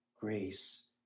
grace